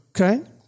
okay